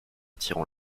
tirant